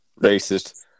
Racist